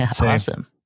Awesome